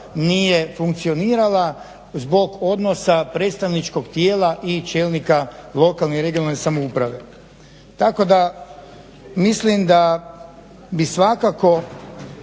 nije funkcionirala zbog odnosa predstavničkog tijela i čelnika lokalne i regionalne samouprave, tako da mislim da bi svakako